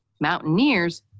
mountaineers